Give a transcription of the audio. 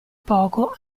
poco